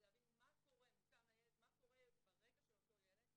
ולהבין מה קורה ברקע של אותו ילד.